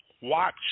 Watch